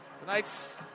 Tonight's